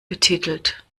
betitelt